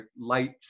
light